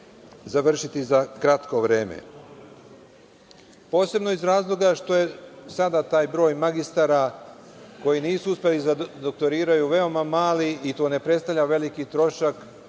završiti za kratko vreme. Posebno iz razloga što je sada taj broj magistara koji nisu uspeli da doktoriraju veoma mali i to ne predstavlja veliki trošak